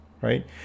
right